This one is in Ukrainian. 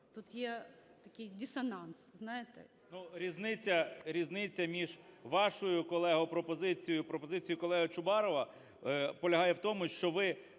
Тут є такий дисонанс, знаєте?